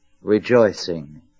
rejoicing